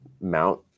mount